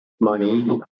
money